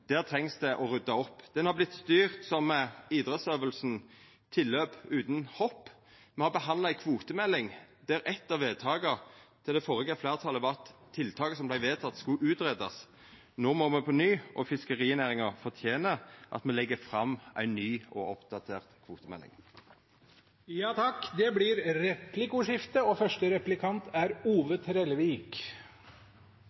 Der trengs det ei opprydding. Politikken har blitt styrt som idrettsøvinga tilløp utan hopp. Me har behandla ei kvotemelding der eit av vedtaka til det førre fleirtalet var at tiltaket som vart vedteke, skulle greiast ut. No må me inn på ny, og fiskerinæringa fortener at me legg fram ei ny og oppdatert kvotemelding. Det blir replikkordskifte. Endringar og